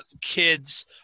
kids